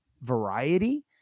variety